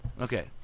Okay